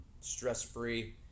stress-free